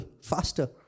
faster